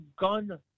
gun